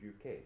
UK